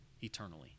eternally